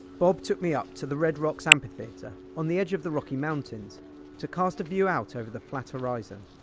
bob took me up to the red rocks amphitheatre, on the edge of the rocky mountains to cast a view out over the flat horizon.